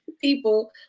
people